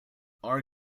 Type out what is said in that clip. our